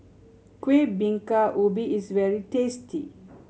Kueh Bingka Ubi is very tasty